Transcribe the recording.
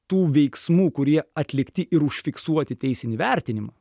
tų veiksmų kurie atlikti ir užfiksuoti teisinį vertinimą